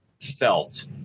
felt